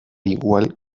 igual